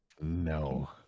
No